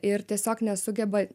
ir tiesiog nesugeba